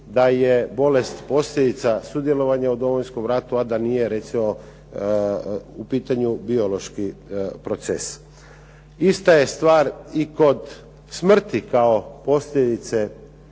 da je bolest posljedica sudjelovanja u Domovinskom ratu, a da nije recimo u pitanju biološki proces. Ista je stvar i kod smrti kao posljedice